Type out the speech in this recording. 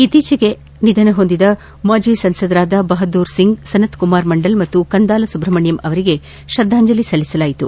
ಇತ್ತೀಚೆಗೆ ನಿಧನದ ಹೊಂದಿದ ಮಾಜಿ ಸಂಸದರಾದ ಬಹುದ್ದೂರ್ ಸಿಂಗ್ ಸನತ್ಕುಮಾರ್ ಮಂಡಲ್ ಮತ್ತು ಕಂದಾಲ ಸುಬ್ರಮಣ್ಣಂ ಅವರಿಗೆ ಶ್ರದ್ದಾಂಜಲಿ ಸಲ್ಲಿಸಲಾಯಿತು